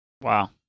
Wow